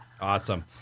Awesome